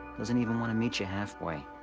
doesn't even wanna meet you halfway.